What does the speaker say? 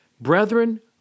Brethren